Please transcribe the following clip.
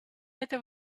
это